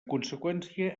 conseqüència